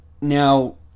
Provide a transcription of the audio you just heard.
now